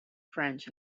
french